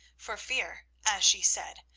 for fear, as she said,